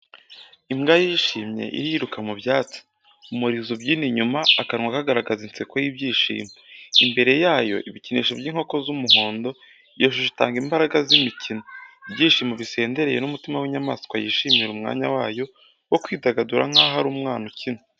Imbwa yishimye iriruka mu byatsi, umurizo ubyina inyuma, akanwa kagaragaza inseko y’ibyishimo. Imbere yayo, ibikinisho by'inkoko z'umuhondo. Iyo shusho itanga imbaraga z'imikino, ibyishimo bisendereye n'umutima w’inyamaswa yishimira umwanya wayo wo kwidagadura nkaho ari umwana ukina.